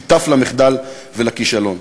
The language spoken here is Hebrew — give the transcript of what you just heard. הוא שותף למחדל ולכישלון.